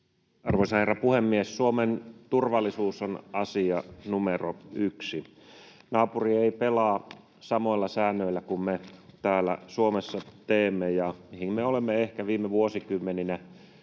Arvoisa herra puhemies! Suomen turvallisuus on asia numero yksi. Naapuri ei pelaa samoilla säännöillä kuin me täällä Suomessa, mihin me olemme ehkä viime vuosikymmeninä